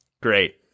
Great